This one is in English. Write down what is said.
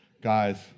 Guys